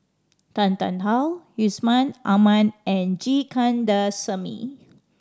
Tan Tarn How Yusman Aman and G Kandasamy